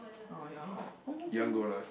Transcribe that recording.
orh ya hor